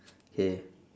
K